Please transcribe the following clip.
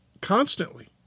constantly